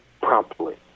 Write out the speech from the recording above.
promptly